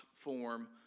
form